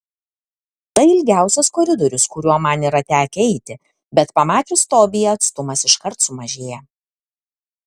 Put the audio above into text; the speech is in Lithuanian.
tai ilgiausias koridorius kuriuo man yra tekę eiti bet pamačius tobiją atstumas iškart sumažėja